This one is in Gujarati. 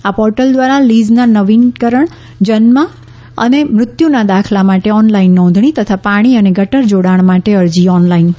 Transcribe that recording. આ પોર્ટલ દ્વારા લીઝના નવીકરણ જન્મ અને મૃત્યુના દાખલા માટે ઓનલાઇન નોંધણી તથા પાણી અને ગટર જોડાણ માટેની અરજી ઓનલાઇન હશે